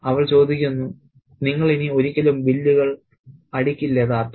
അവൾ ചോദിക്കുന്നു നിങ്ങൾ ഇനി ഒരിക്കലും ബില്ലുകൾ അടിക്കില്ലേ താത്ത